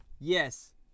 Yes